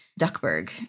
Duckburg